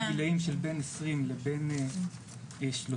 שבאולם טבע יש מקום ל-400-300 סטודנטים,